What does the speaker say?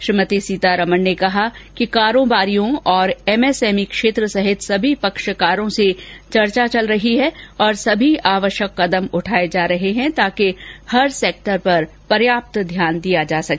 उन्होंने कहा कि कारोबारियों और एमएसएमई क्षेत्र सहित सभी पक्षकारों से चर्चा चल रही है और सभी आवश्यक कदम उठाये जा रहे हैं ताकि हर सेक्टर पर पर्याप्त ध्यान दिया जा सके